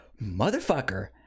motherfucker